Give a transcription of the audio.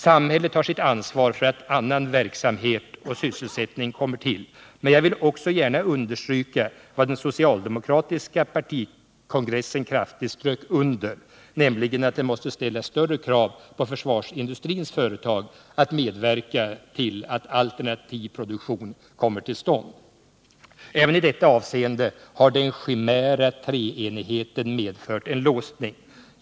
Samhället har sitt ansvar för att annan verksamhet och sysselsättning kommer till, men jag vill också gärna understryka vad den socialdemokratiska partikongressen kraftigt strök under, nämligen att det måste ställas större krav på försvarsindustrins företag att medverka till att alternativ produktion kommer till stånd. Även i detta avseende har den chimäriska treenigheten medfört en låsning.